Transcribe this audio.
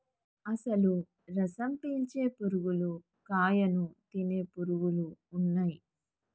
అసలు రసం పీల్చే పురుగులు కాయను తినే పురుగులు ఉన్నయ్యి